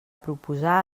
proposar